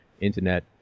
internet